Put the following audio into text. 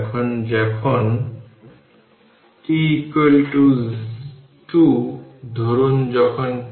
এখন পরবর্তী একটি টার্ম লিখতে পারি t0 to it dt এর সাথে dt সংগ্রহ করে তাই 1C1 1C2 1CN t0 থেকে it dt v1 t0 v2 t0 পর্যন্ত vn t0